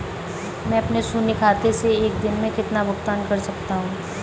मैं अपने शून्य खाते से एक दिन में कितना भुगतान कर सकता हूँ?